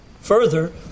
Further